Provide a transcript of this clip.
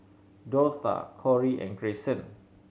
Dortha Kori and Greyson